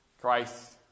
Christ